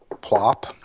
Plop